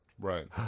right